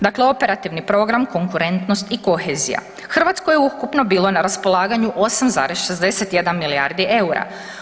Dakle Operativni program Konkurentnost i kohezija, Hrvatskoj je ukupno bilo na raspolaganju 8,61 milijardi eura.